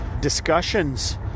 discussions